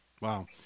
Wow